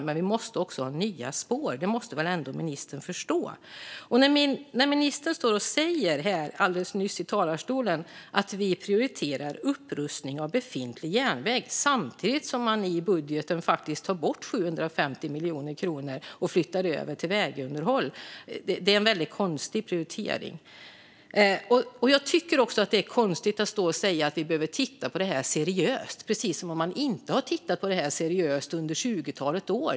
Men vi måste också ha nya spår - det måste väl ändå ministern förstå! Ministern stod alldeles nyss här i talarstolen och sa: Vi prioriterar upprustning av befintlig järnväg. Samtidigt tar man i budgeten bort 750 miljoner kronor och flyttar över pengarna till vägunderhåll. Det är en väldigt konstig prioritering. Jag tycker också att det är konstigt att stå och säga att vi behöver titta på det här seriöst - precis som att man inte har tittat på det seriöst under ett tjugotal år!